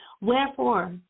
Wherefore